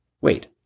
Wait